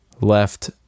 left